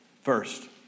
First